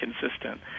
consistent